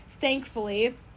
thankfully